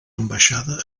ambaixada